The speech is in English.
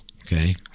Okay